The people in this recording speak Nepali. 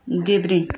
देब्रे